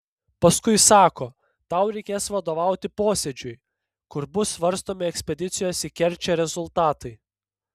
paskui sako tau reikės vadovauti posėdžiui kur bus svarstomi ekspedicijos į kerčę rezultatai